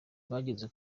bageze